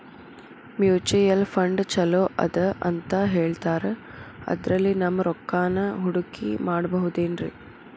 Mutual fund ಛಲೋ ಅದಾ ಅಂತಾ ಹೇಳ್ತಾರ ಅದ್ರಲ್ಲಿ ನಮ್ ರೊಕ್ಕನಾ ಹೂಡಕಿ ಮಾಡಬೋದೇನ್ರಿ?